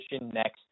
next